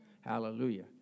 Hallelujah